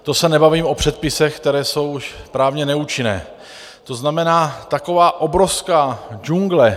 To se nebavím o předpisech, které jsou už právně neúčinné, to znamená, taková obrovská džungle.